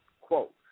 Quote